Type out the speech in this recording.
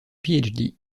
phd